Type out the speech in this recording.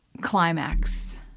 climax